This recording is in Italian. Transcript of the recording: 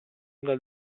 dal